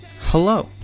Hello